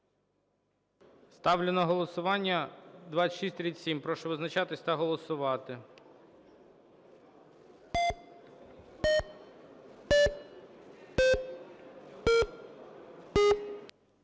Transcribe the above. ставлю на голосування. Прошу визначатись та голосувати.